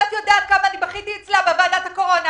חברת הכנסת שאשא ביטון יודעת כמה בכיתי אצלה בוועדת הקורונה